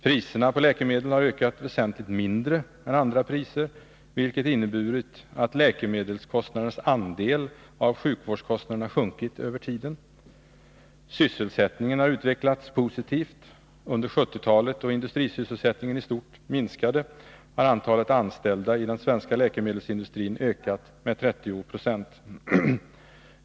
Priserna på läkemedel har ökat väsentligt mindre än andra priser, vilket inneburit att läkemedelskostnadernas andel av sjukvårdskostnaderna sjunkit över tiden. Sysselsättningen har utvecklats positivt. Under 1970-talet, då industrisysselsättningen i stort minskade, har antalet anställda i den svenska läkemedelsindustrin ökat med 30 96.